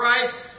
Christ